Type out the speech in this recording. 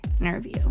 interview